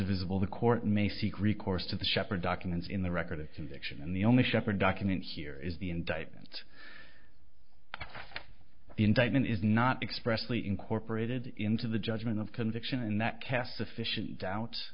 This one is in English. visible the court may seek recourse to the shepherd documents in the record of conviction and the only shepherd document here is the indictment the indictment is not expressly incorporated into the judgment of conviction and that casts sufficient doubts